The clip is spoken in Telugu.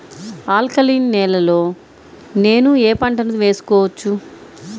ఆల్కలీన్ నేలలో నేనూ ఏ పంటను వేసుకోవచ్చు?